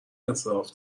انصراف